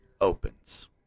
opens